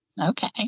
okay